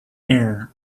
air